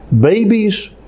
babies